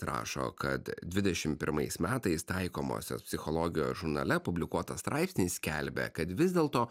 rašo kad dvidešim pirmais metais taikomosios psichologijos žurnale publikuotas straipsnis skelbia kad vis dėlto